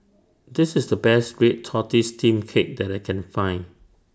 This IS The Best Red Tortoise Steamed Cake that I Can Find